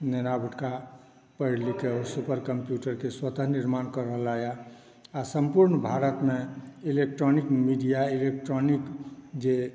नैना भुटका पढ़ि लिखके ओ सुपर कम्प्युटरके स्वतः निर्माण कऽ रहला आ सम्पुर्ण भारतमे इलेक्ट्रॉनिक मीडिआ इलेक्ट्रॉनिक जे